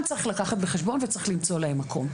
צריך לקחת בחשבון וצריך למצוא להם מקום.